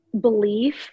belief